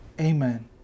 Amen